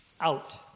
out